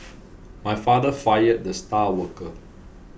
my father fired the star worker